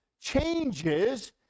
changes